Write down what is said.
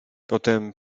potem